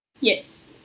Yes